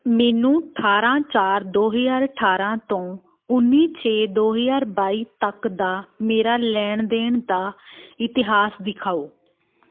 ਮੈਨੂੰ ਅਠਾਰਾਂ ਚਾਰ ਦੋ ਹਜ਼ਾਰ ਅਠਾਰਾਂ ਤੋਂ ਉੱਨੀ ਛੇ ਦੋ ਹਜ਼ਾਰ ਬਾਈ ਤੱਕ ਦਾ ਮੇਰਾ ਲੈਣ ਦੇਣ ਦਾ ਇਤਿਹਾਸ ਦਿਖਾਓ